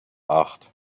acht